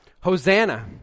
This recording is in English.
Hosanna